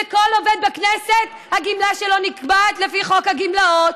כל עובד בכנסת, הגמלה שלו נקבעת לפי חוק הגמלאות.